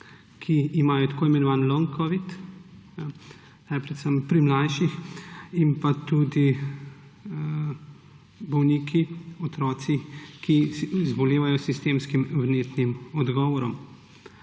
ki imajo tako imenovani long covid, ta je predvsem pri mlajših, in pa tudi bolniki, otroci, ki zbolevajo s sistemskim vnetnim odgovorom.